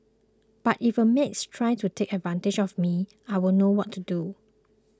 but if a maid tries to take advantage of me I'll know what to do